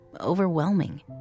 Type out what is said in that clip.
overwhelming